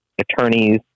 attorneys